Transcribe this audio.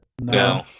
No